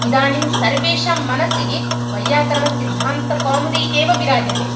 इदानीं सर्वेषां मनसि वैयाकरणसिद्धान्तकौमुदी एव विराजते